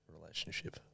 relationship